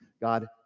God